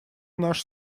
наш